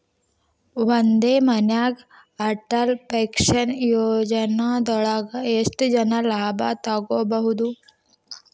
ಒಂದೇ ಮನ್ಯಾಗ್ ಅಟಲ್ ಪೆನ್ಷನ್ ಯೋಜನದೊಳಗ ಎಷ್ಟ್ ಜನ ಲಾಭ ತೊಗೋಬಹುದು?